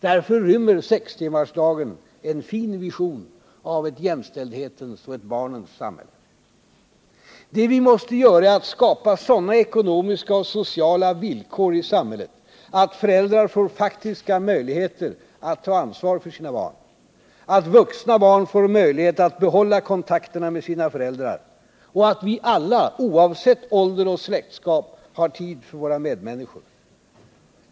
Därför rymmer sextimmarsdagen en fin vision av ett jämställdhetens och ett barnens samhälle. Det vi måste göra är att skapa sådana ekonomiska och sociala villkor i samhället att föräldrar får faktiska möjligheter att ta ansvar för sina barn, att vuxna barn får möjlighet att behålla kontakterna med sina föräldrar och att vi alla, oavsett ålder och släktskap, har tid med våra medmänniskor.